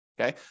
okay